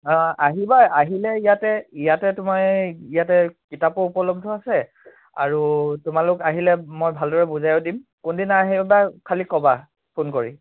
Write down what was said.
আহিবা আহিলে ইয়াতে ইয়াতে তোমাৰ ইয়াতে কিতাপো উপলব্ধ আছে আৰু তোমালোক আহিলে মই ভালদৰে বুজাইও দিম কোনদিনা আহিবা খালি ক'বা ফোন কৰি